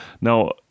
Now